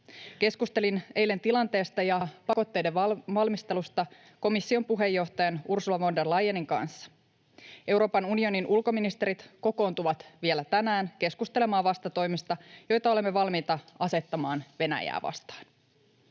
Keskustelin eilen tilanteesta ja pakotteiden valmistelusta komission puheenjohtajan Ursula von der Leyenin kanssa. Euroopan unionin ulkoministerit kokoontuvat vielä tänään keskustelemaan vastatoimista, joita olemme valmiita asettamaan Venäjää vastaan.